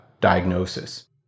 diagnosis